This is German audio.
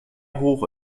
hoch